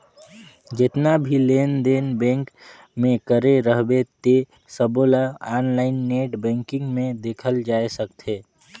जेतना भी लेन देन बेंक मे करे रहबे ते सबोला आनलाईन नेट बेंकिग मे देखल जाए सकथे